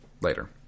Later